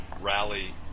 rally